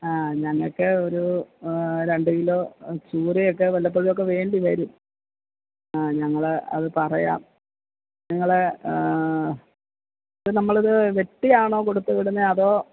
ആ ഞങ്ങൾക്ക് ഒരൂ രണ്ട് കിലോ ചൂരയൊക്കെ വല്ലപ്പോഴും ഒക്കെ വേണ്ടിവരും ആ ഞങ്ങള് അത് പറയാം നിങ്ങള് ഇപ്പം നമ്മളത് വെട്ടിയാണോ കൊടുത്ത് വിടുന്നത് അതോ